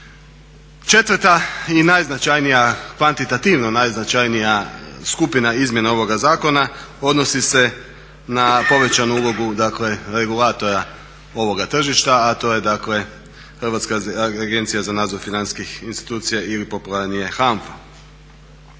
Četvrti i najznačajnija, kvantitativno najznačajnija skupina izmjena ovoga zakona odnosi se na povećanu ulogu dakle regulatora ovoga tržišta a to je dakle Hrvatska agencija za nadzor financijskih institucija ili popularnije HANFA.